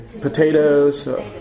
Potatoes